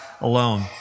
alone